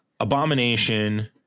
Abomination